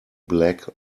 black